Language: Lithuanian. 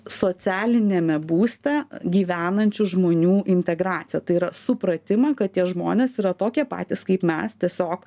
socialiniame būste gyvenančių žmonių integraciją tai yra supratimą kad tie žmonės yra tokie patys kaip mes tiesiog